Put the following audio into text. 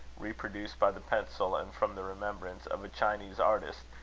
reproduced by the pencil and from the remembrance of chinese artist,